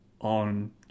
on